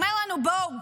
הוא אומר לנו: בואו,